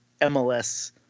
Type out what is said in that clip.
mls